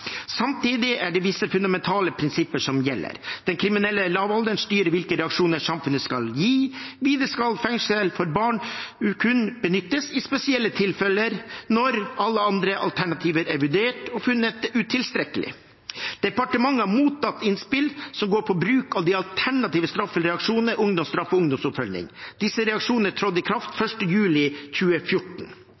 Samtidig er det visse fundamentale prinsipper som gjelder. Den kriminelle lavalderen styrer hvilke reaksjoner samfunnet skal gi. Videre skal fengsel for barn kun benyttes i spesielle tilfeller, når alle andre alternativer er vurdert og funnet utilstrekkelige. Departementet har mottatt innspill som handler om bruk av de alternative straffereaksjonene ungdomsstraff og ungdomsoppfølging. Disse reaksjonene trådte i kraft 1. juli 2014.